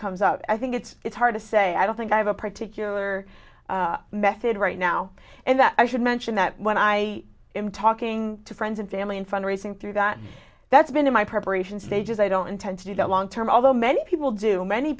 comes up i think it's it's hard to say i don't think i have a particular method right now and that i should mention that when i am talking to friends and family and fundraising through got that's been in my preparation stages i don't intend to do that long term although many people do many